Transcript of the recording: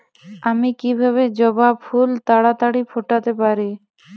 আমি কিভাবে জবা ফুল তাড়াতাড়ি ফোটাতে পারি?